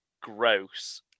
gross